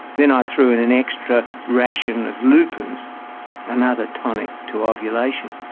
then i threw in an extra ration of lupins another tonic to ovulation.